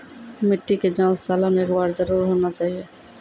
मिट्टी के जाँच सालों मे एक बार जरूर होना चाहियो?